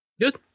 Good